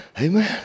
Amen